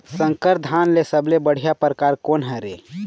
संकर धान के सबले बढ़िया परकार कोन हर ये?